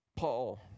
Paul